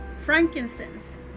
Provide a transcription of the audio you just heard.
frankincense